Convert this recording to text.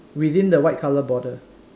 within the white colour border